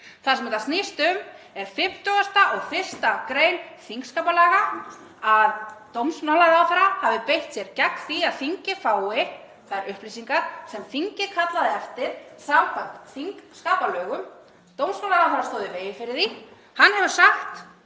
Það sem þetta snýst um er 51. gr. þingskapalaga, að dómsmálaráðherra hafi beitt sér gegn því að þingið fái þær upplýsingar sem þingið kallaði eftir samkvæmt þingskapalögum. Dómsmálaráðherra stóð í vegi fyrir því. Hann hefur sagt